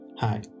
Hi